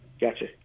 Gotcha